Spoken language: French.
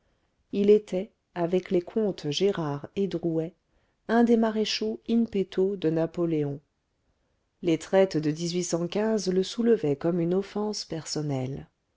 il était avec les comtes gérard et drouet un des maréchaux in petto de napoléon les traités de le soulevaient comme une offense personnelle